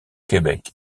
québec